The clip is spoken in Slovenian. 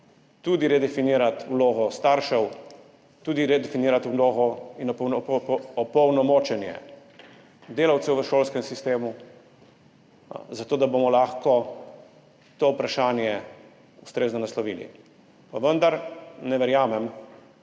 tudi redefinirati vlogo staršev, tudi redefinirati vlogo in opolnomočenje delavcev v šolskem sistemu, zato da bomo lahko to vprašanje ustrezno naslovili. Pa vendar ne verjamem,